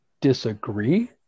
Disagree